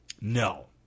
No